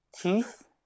teeth